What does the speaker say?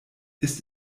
ist